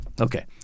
Okay